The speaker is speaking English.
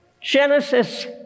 Genesis